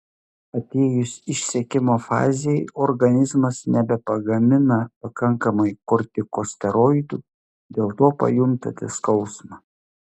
atėjus išsekimo fazei organizmas nebepagamina pakankamai kortikosteroidų dėl to pajuntate skausmą